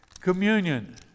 Communion